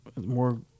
More